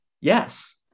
Yes